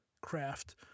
craft